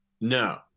no